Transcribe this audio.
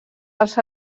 dels